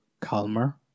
calmer